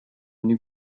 new